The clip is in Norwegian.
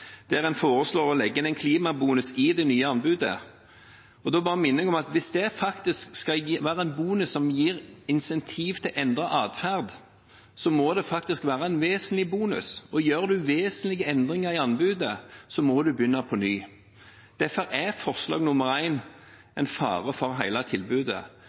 der en foreslår å legge inn en klimabonus i det nye anbudet. Jeg bare minner om at hvis det skal være en bonus som gir incentiv til å endre atferd, må det være en vesentlig bonus. Og gjør en vesentlige endringer i anbudet, må en begynne på nytt. Derfor er forslag